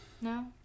No